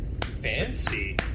fancy